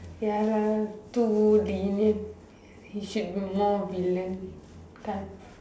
ya lah to lenient he should be more villain can't